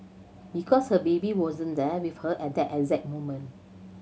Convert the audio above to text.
because her baby wasn't there with her at that exact moment